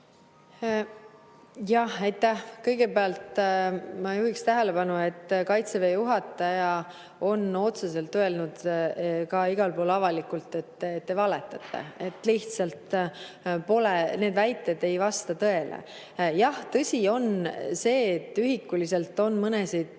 Aitäh! Kõigepealt ma juhin tähelepanu, et Kaitseväe juhataja on otseselt öelnud, ka igal pool avalikult, et te valetate. Lihtsalt need väited ei vasta tõele. Jah, tõsi on see, et ühikuliselt on mõnda